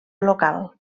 local